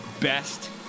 best